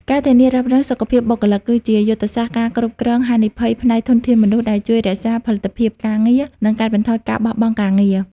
ការធានារ៉ាប់រងសុខភាពបុគ្គលិក គឺជាយុទ្ធសាស្ត្រការគ្រប់គ្រងហានិភ័យផ្នែកធនធានមនុស្ស ដែលជួយរក្សាផលិតភាពការងារ និងកាត់បន្ថយការបោះបង់ការងារ។